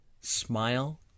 Smile